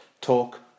talk